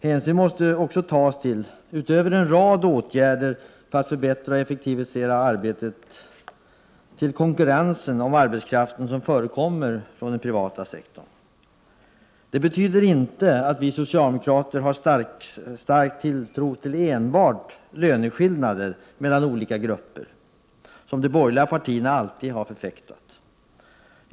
Hänsyn måste också tas — utöver en rad åtgärder för att förbättra och effektivisera arbetet — till den konkurrens om arbetskraften som förekommer från den privata sektorn. Det betyder inte att vi socialdemokrater har stark tilltro till enbart löneskillnader mellan olika grupper, som de borgerliga partierna alltid har förfäktat.